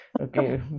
Okay